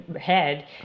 head